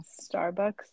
starbucks